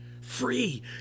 Free